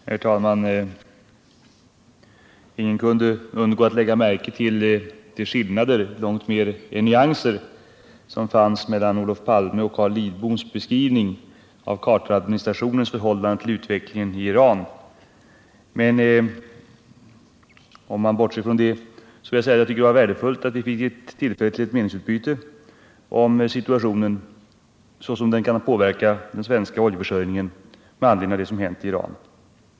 Herr talman! Ingen kunde undgå att lägga märke till de skillnader, långt mer än nyanser, som fanns mellan Olof Palmes beskrivning och Carl Lidboms beskrivning av Carteradministrationens förhållande till utvecklingen i Iran. Men bortsett från det tycker jag att det var värdefullt att vi fick tillfälle till ett meningsutbyte om hur oljesituationen i Sverige kan påverkas av det som hänt i Iran.